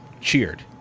cheered